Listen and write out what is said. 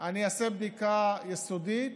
אני אעשה בדיקה יסודית,